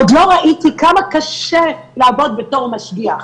עוד לא ראיתי כמה קשה לעבוד בתור משגיח,